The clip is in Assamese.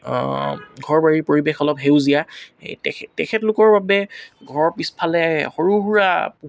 ঘৰ বাৰী পৰিৱেশ অলপ সেউজীয়া সেই তেখেত তেখেতলোকৰ বাবে ঘৰৰ পিছফালে সৰু সুৰা